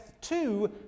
two